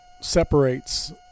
separates